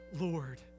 Lord